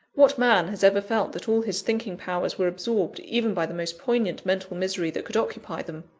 what man has ever felt that all his thinking powers were absorbed, even by the most poignant mental misery that could occupy them?